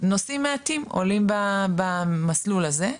נוסעים מעטים עולים במסלול הזה,